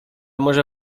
może